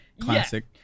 Classic